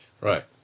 Right